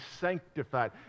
sanctified